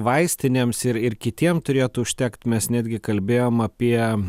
vaistinėms ir ir kitiem turėtų užtekt mes netgi kalbėjom apie